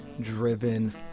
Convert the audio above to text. driven